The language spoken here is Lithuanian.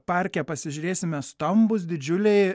parke pasižiūrėsime stambūs didžiuliai